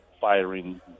firing